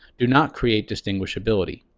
do not create distinguishability.